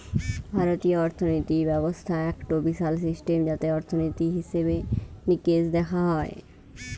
ভারতীয় অর্থিনীতি ব্যবস্থা একটো বিশাল সিস্টেম যাতে অর্থনীতি, হিসেবে নিকেশ দেখা হয়